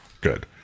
Good